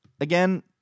Again